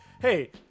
hey